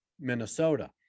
Minnesota